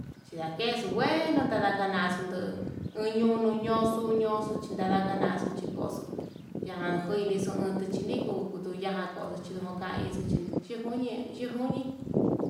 Xhiakexu ngueno tandakanaxu ndun, nduñono no'o xhuñoxo chintada naxo koxo, yanajuinixu onduu chiniku kutuya koxo chindo'o nuka inixu chinduntio nuñi tujuñi.